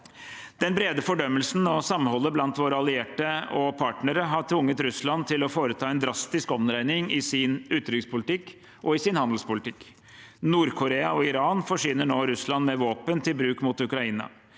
Den brede fordømmelsen og samholdet blant våre allierte og partnere har tvunget Russland til å foreta en drastisk omdreining i sin utenrikspolitikk og i sin handelspolitikk. Nord-Korea og Iran forsyner nå Russland med våpen til bruk mot Ukraina.